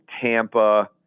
Tampa